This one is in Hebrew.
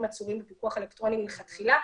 עצורים בפיקוח אלקטרוני מלכתחילה,